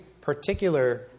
particular